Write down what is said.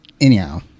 anyhow